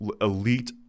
elite